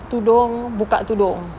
tudung buka tudung